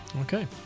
Okay